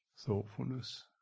thoughtfulness